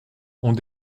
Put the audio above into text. ont